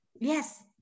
Yes